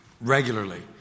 regularly